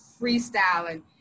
freestyling